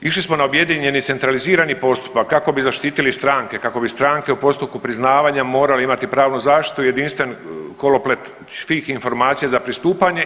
Išli smo na objedinjeni i centralizirani postupak kako bi zaštitili stranke, kako bi stranke u postupku priznavanja morale imati pravnu zaštitu i jedinstven koloplet svih informacija za pristupanje.